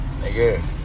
Nigga